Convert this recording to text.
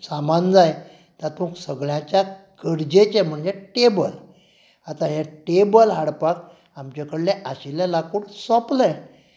सामान जाय तातूंत सगळ्यांच्याच गरजेचें म्हणजें टेबल आतां हें टेबल हाडपाक आमचें कडेन आशिल्लें लाकूड सोंपलें